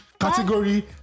Category